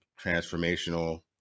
transformational